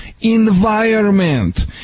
Environment